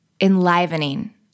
enlivening